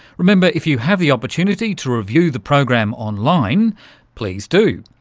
remember if you have the opportunity to review the program online please do.